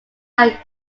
like